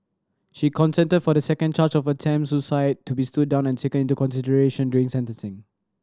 she consented for the second charge of attempted suicide to be stood down and taken into consideration during sentencing